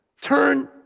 Turn